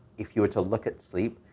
if you were to look at sleep,